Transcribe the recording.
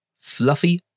fluffy